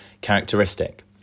characteristic